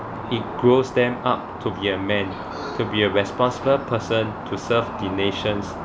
it grows them up to be a man to be a responsible person to serve the nation's